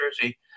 jersey